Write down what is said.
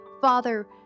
Father